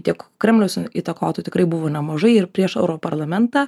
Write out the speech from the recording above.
tiek kremliaus įtakotų tikrai buvo nemažai ir prieš europarlamentą